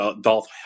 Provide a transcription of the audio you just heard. Dolph